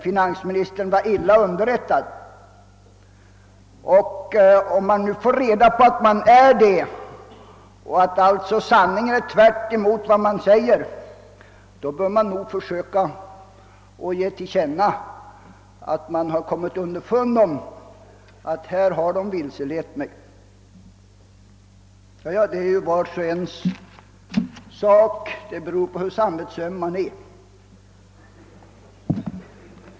Finansministern var emellertid illa underrättad. Om man får besked om att det verkliga förhållandet är ett helt annat än vad man gjort gällande, bör man nog ge till känna att man blivit vilseledd. — Men det är naturligtvis en sak som var och en själv får bedöma. Hur man handlar är beroende av hur samvetsöm man är.